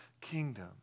kingdom